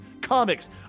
Comics